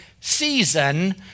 season